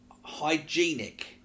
hygienic